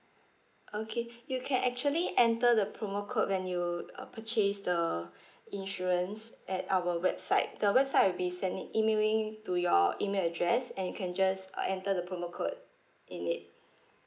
okay you can actually enter the promo code when you uh purchase the insurance at our website the website will be sending emailing to your email address and you can just uh enter the promo code in it